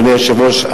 אדוני היושב-ראש,